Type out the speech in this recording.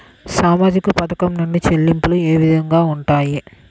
సామాజిక పథకం నుండి చెల్లింపులు ఏ విధంగా ఉంటాయి?